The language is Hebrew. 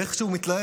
ואיך שהוא מתלהב,